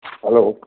hello